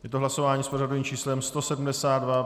Je to hlasování s pořadovým číslem 172.